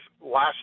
last